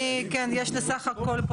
אני, כן, יש לי סך הכל פה